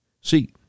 See